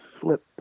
slip